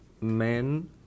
men